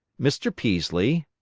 mr. peaslee,